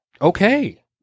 Okay